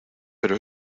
pero